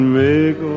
make